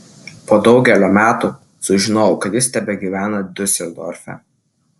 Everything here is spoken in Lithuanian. po daugelio metų sužinojau kad jis tebegyvena diuseldorfe